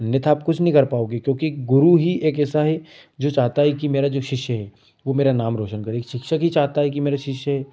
अन्यथा आप कुछ नहीं कर पाओगे क्योंकि गुरू ही एक ऐसा है जो चाहता है कि मेरा जो शिष्य है वो मेरा नाम रौशन करे शिक्षक ही चाहता है कि मेरा शिष्य